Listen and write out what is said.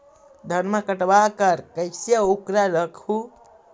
धनमा कटबाकार कैसे उकरा रख हू?